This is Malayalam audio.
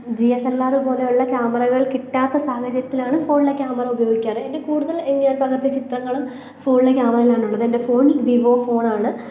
ഡി എസ് എല് ആറ് പോലെയുള്ള ക്യാമറകള് കിട്ടാത്ത സാഹചര്യത്തിലാണ് ഫോണിലെ ക്യാമറ ഉപയൊഗിക്കാറുള്ളത് എന്റെ കൂടുതല് ചിത്രങ്ങളും ഫോണിലെ ക്യാമറയിൽ ആണ് ഉള്ളത് എന്റെ ഫോണില് വിവോ ഫോൺ ആണ്